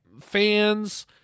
fans